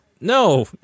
No